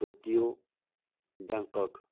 Tokyo Bangkok